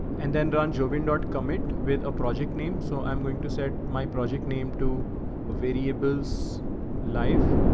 and then don jovan not commit with a project name. so i'm going to set my project name to ah variables life,